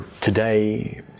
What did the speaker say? today